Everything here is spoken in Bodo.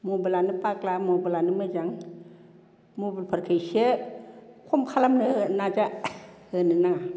मबाइलानो फाग्ला मबाइलानो मोजां मबाइलफोरखो इसे खम खालामनो नाजा होनो नाङा